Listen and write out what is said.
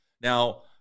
Now